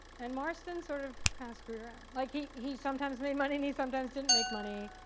and marston sort of kind of screwed around. like he he sometimes made money and he sometimes didn't make money.